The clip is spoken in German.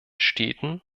städten